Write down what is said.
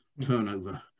turnover